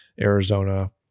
Arizona